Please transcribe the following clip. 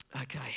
Okay